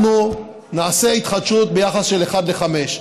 אנחנו נעשה התחדשות ביחס של אחד לחמש,